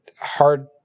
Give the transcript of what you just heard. hard